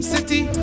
City